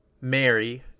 Mary